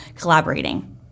collaborating